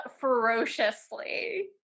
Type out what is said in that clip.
ferociously